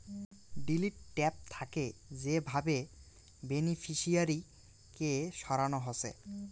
delete tab থাকে যে ভাবে বেনিফিশিয়ারি কে সরানো হসে